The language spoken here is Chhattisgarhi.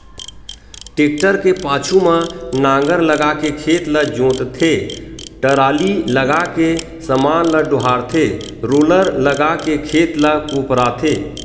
टेक्टर के पाछू म नांगर लगाके खेत ल जोतथे, टराली लगाके समान ल डोहारथे रोलर लगाके खेत ल कोपराथे